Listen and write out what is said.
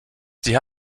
sie